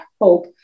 hope